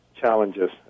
challenges